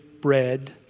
bread